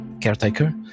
caretaker